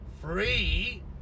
free